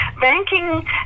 banking